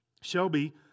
Shelby